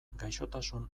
gaixotasun